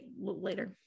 later